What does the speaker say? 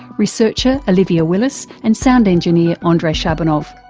researcher olivia willis and sound engineer andre shabunov.